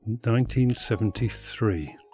1973